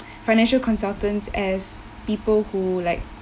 financial consultants as people who like